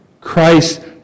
Christ